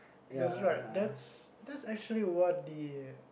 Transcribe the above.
that's right that's that's actually what the